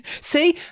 See